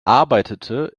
arbeitete